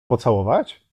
pocałować